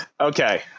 Okay